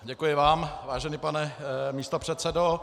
Děkuji vám, vážený pane místopředsedo.